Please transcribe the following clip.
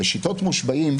בשיטות מושבעים,